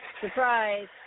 Surprise